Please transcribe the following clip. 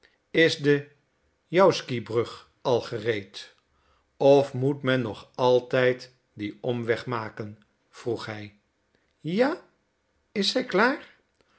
is de jausky brug al gereed of moet men nog altijd dien omweg maken vroeg hij ja is zij klaar